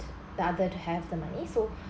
the other to have the money so